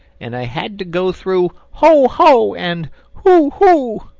and i had to go through ho, ho! and hu, hu!